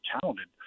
talented